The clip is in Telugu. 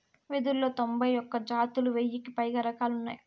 వెదురులో తొంభై ఒక్క జాతులు, వెయ్యికి పైగా రకాలు ఉన్నాయి